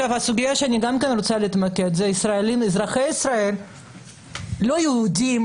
הסוגיה שאני גם רוצה להתמקד בה זה אזרחי ישראל לא יהודים